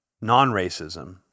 non-racism